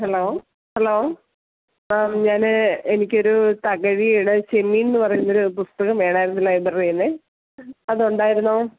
hello hello ആ ഞാൻ എനിക്കൊരു തകഴിയുടെ ചെമ്മീൻ എന്ന് പറയുന്നൊരു പുസ്തകം വേണമായിരുന്നു ലൈബ്രറിയിൽ നിന്ന് അത് ഉണ്ടായിരുന്നോ